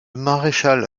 maréchal